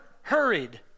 hurried